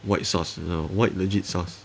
white sus ah white legit sus